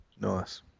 Nice